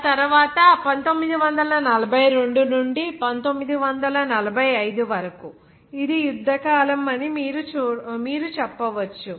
ఆ తరువాత 1942 నుండి 1945 వరకు ఇది యుద్ధ కాలం అని మీరు చెప్పవచ్చు